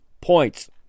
points